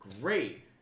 great